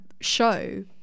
show